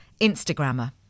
Instagrammer